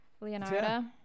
Leonardo